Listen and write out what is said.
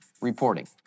reporting